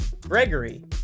Gregory